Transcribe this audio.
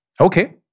Okay